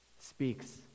speaks